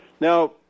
Now